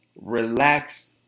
relax